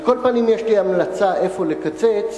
על כל פנים, יש לי המלצה איפה לקצץ.